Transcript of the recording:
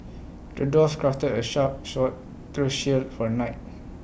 the dwarf crafted A sharp sword through shield for the knight